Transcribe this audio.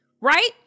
right